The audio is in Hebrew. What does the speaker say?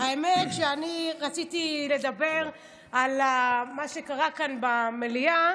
האמת שאני רציתי לדבר על מה שקרה כאן במליאה,